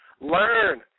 Learn